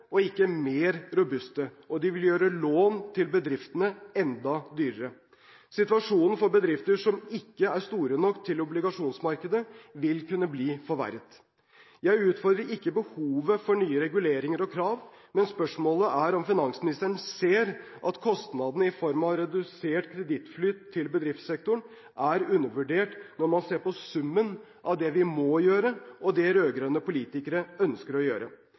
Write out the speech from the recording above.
og ikke mer, robuste, og de vil gjøre lån til bedriftene enda dyrere. Situasjonen for bedrifter som ikke er store nok for obligasjonsmarkedet, vil kunne bli forverret. Jeg utfordrer ikke behovet for nye reguleringer og krav. Men spørsmålet er om finansministeren ser at kostnadene i form av redusert kredittflyt til bedriftssektoren er undervurdert når man ser på summen av det vi må gjøre, og det rød-grønne politikere ønsker å gjøre.